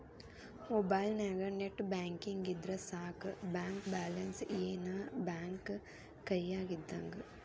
ಮೊಬೈಲ್ನ್ಯಾಗ net banking ಇದ್ರ ಸಾಕ ಬ್ಯಾಂಕ ಬ್ಯಾಲೆನ್ಸ್ ಏನ್ ಬ್ಯಾಂಕ ಕೈಯ್ಯಾಗ ಇದ್ದಂಗ